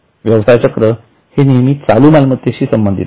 व्यवसाय चक्र हे नेहमी चालू मालमत्तेशी संबंधित असते